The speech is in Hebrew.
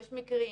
יש מקרים